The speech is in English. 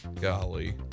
Golly